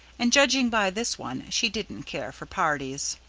and, judging by this one, she didn't care for parties.